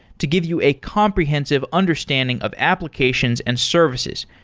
to give you a comprehensive understanding of applications and services,